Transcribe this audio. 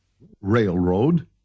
Railroad